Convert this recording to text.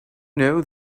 know